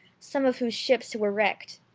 some of whose ships were wrecked.